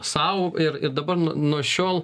sau ir ir dabar nuo šiol